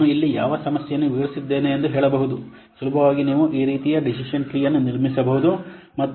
ನಾನು ಇಲ್ಲಿ ಯಾವ ಸಮಸ್ಯೆಯನ್ನು ವಿವರಿಸಿದ್ದೇನೆ ಎಂದು ಹೇಳಬಹುದು ಸುಲಭವಾಗಿ ನೀವು ಈ ರೀತಿಯ ಡಿಸಿಷನ್ ಟ್ರೀಯನ್ನು ನಿರ್ಮಿಸಬಹುದು